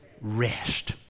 rest